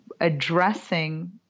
addressing